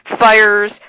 fires